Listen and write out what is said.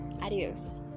Adios